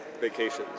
vacations